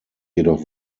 jedoch